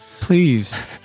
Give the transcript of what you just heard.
Please